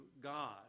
God